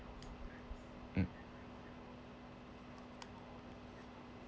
mm